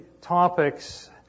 topics